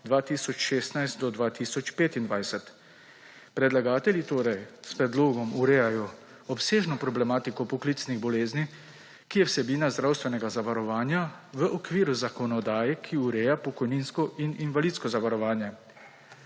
2016–2025. Predlagatelji torej s predlogom urejajo obsežno problematiko poklicnih bolezni, ki je vsebina zdravstvenega zavarovanja, v okviru zakonodaje, ki ureja pokojninsko in invalidsko zavarovanje.